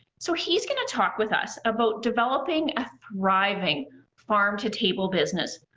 so, he's gonna talk with us about developing a thriving farm-to-table business.